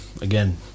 again